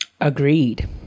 agreed